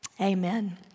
Amen